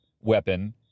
weapon